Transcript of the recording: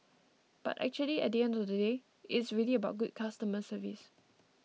but actually at the end of the day it's really about good customer service